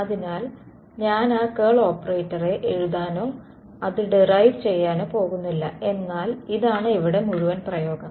അതിനാൽ ഞാൻ ആ കേൾ ഓപ്പറേറ്ററെ എഴുതാനോ അത് ഡിറൈവ് ചെയ്യാനോ പോകുന്നില്ല എന്നാൽ ഇതാണ് ഇവിടെ മുഴുവൻ പ്രയോഗം